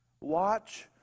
Watch